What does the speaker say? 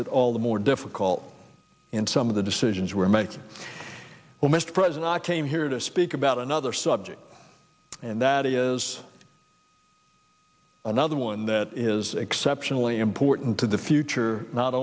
it all the more difficult in some of the decisions we're make well mr president i came here to speak about another subject and that is another one that is exceptionally important to the future not